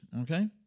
Okay